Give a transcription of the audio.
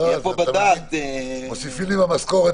לא, אנחנו ממשיכים הלאה,